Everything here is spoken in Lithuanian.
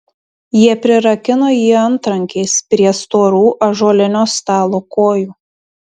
jie prirakino jį antrankiais prie storų ąžuolinio stalo kojų